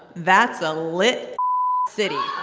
that's a lit city